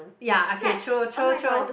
ya okay true true true